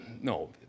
no